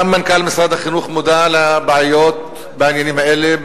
גם מנכ"ל משרד החינוך מודע לבעיות בעניינים האלה.